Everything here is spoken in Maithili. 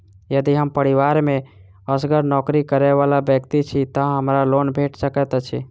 यदि हम परिवार मे असगर नौकरी करै वला व्यक्ति छी तऽ हमरा लोन भेट सकैत अछि?